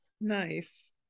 nice